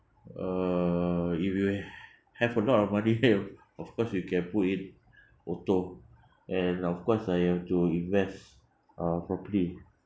err if you have a lot of money then you of course you can put in auto and of course uh you have to invest uh property